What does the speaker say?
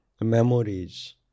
memories